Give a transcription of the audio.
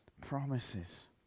promises